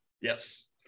Yes